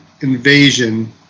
Invasion